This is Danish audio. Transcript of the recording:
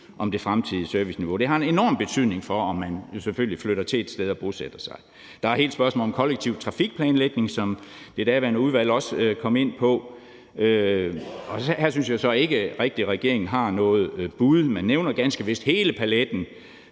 om det fremtidige serviceniveau har selvfølgelig en enorm betydning for, om man flytter til et sted og bosætter sig. Der er hele spørgsmålet om kollektiv trafikplanlægning, som det daværende udvalg også kom ind på. Her synes jeg så ikke rigtig, at regeringen har noget bud. Man nævner ganske vist hele paletten